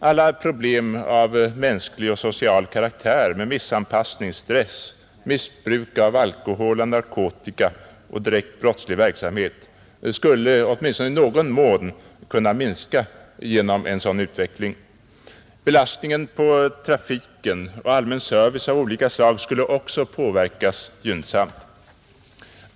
Alla problem av mänsklig och social karaktär, med missanpassning, stress, missbruk av alkohol och narkotika och direkt brottslig verksamhet skulle, åtminstone i någon mån, kunna minska genom en sådan utveckling. Belastningen på trafiken och allmän service av olika slag skulle också påverkas gynnsamt.